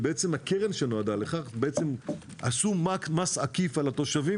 והקרן שנועדה לכך עשו מס עקיף על התושבים